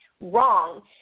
Wrong